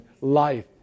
life